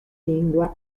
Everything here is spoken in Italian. lingue